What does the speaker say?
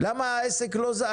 למה העסק לא זז?